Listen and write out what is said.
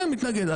בסדר, מתנגד.